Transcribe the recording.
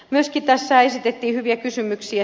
myöskin tässä esitettiin hyviä kysymyksiä